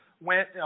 went